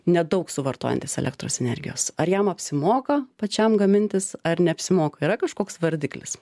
nedaug suvartojantis elektros energijos ar jam apsimoka pačiam gamintis ar neapsimoka yra kažkoks vardiklis